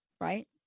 right